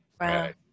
Right